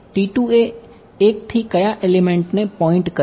એક થી કયા એલિમેંટને પોઇન્ટ કરે છે